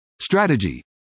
strategy